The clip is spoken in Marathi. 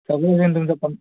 होईल तुमचं पण